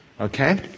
Okay